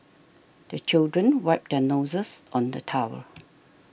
the children wipe their noses on the towel